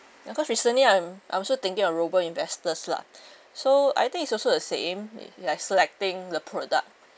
ya cause recently I'm I'm also thinking of robo investors lah so I think it's also the same like selecting the product